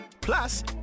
Plus